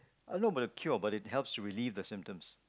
I know about the cure but it helps to relieve the symptoms